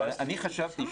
היושב-ראש,